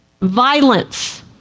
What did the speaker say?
Violence